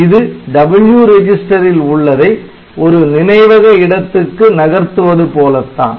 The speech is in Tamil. இது W ரிஜிஸ்டரில் உள்ளதை ஒரு நினைவக இடத்துக்கு நகர்த்துவது போலத்தான்